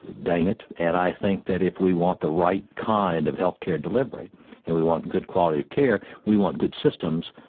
dang it. and i think that if we want the right kind of healthcare delivery and we want good quality of care, we want good systems,